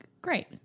great